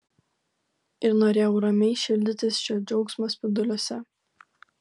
ir norėjau ramiai šildytis šio džiaugsmo spinduliuose